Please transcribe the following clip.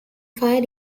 fire